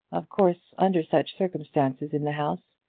of course, under such circumstances in the house,